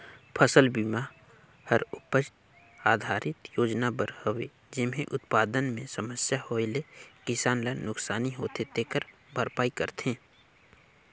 फसल बिमा हर उपज आधरित योजना बर हवे जेम्हे उत्पादन मे समस्या होए ले किसान ल नुकसानी होथे तेखर भरपाई करथे